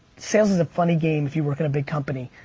sales is a funny game if you work in a big company.